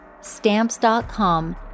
Stamps.com